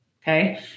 Okay